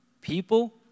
People